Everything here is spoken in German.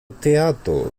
theato